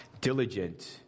diligent